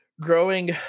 growing